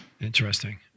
Interesting